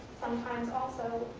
sometimes also,